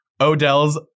Odell's